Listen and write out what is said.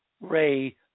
ray